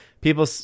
People